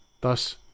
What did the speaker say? Thus